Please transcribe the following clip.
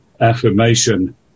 affirmation